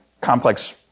complex